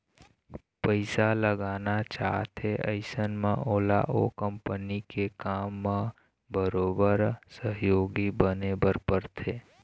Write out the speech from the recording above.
पइसा लगाना चाहथे अइसन म ओला ओ कंपनी के काम म बरोबर सहयोगी बने बर परथे